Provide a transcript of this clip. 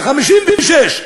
ב-1956.